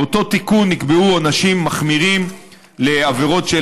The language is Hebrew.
באותו תיקון נקבעו עונשים מחמירים לעבירות של